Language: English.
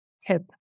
hip